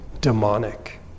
demonic